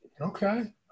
Okay